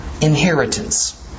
Inheritance